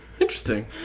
interesting